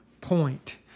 point